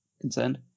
concerned